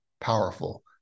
powerful